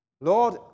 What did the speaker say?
Lord